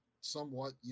somewhat